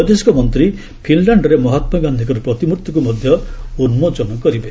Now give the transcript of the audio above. ବୈଦେଶିକ ମନ୍ତ୍ରୀ ଫିନ୍ଲ୍ୟାଣ୍ଡ୍ରେ ମହାତ୍ମାଣ୍ଧିଙ୍କର ପ୍ରତିମ୍ଭର୍ତ୍ତିକ୍ ମଧ୍ୟ ଉନ୍ଲୋଚନ କରିବେ